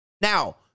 now